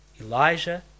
Elijah